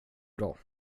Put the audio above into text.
bra